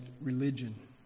religion